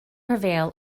prevail